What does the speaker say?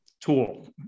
tool